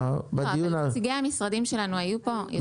נציגי המשרדים שלנו היו כאן.